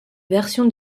versions